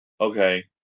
Okay